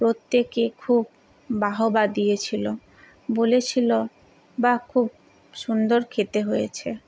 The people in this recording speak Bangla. প্রত্যেকে খুব বাহবা দিয়েছিলো বলেছিলো বা খুব সুন্দর খেতে হয়েছে